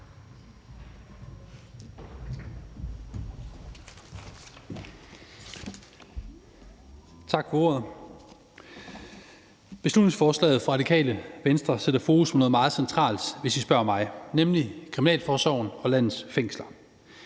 Tak for ordet. Beslutningsforslaget fra Radikale Venstre sætter fokus på noget meget centralt, hvis I spørger mig, nemlig kriminalforsorgen og landets fængsler.